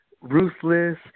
ruthless